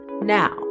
Now